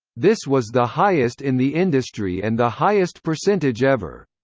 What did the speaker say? this was the highest in the industry and the highest percentage ever.